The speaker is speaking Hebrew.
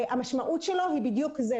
המשמעות שלו היא בדיוק זה,